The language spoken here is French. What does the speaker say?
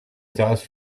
terrasse